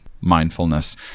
mindfulness